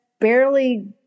barely